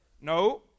no